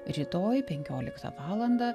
rytoj penkioliktą valandą